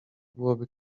byłoby